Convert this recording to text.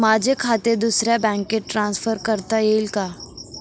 माझे खाते दुसऱ्या बँकेत ट्रान्सफर करता येईल का?